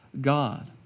God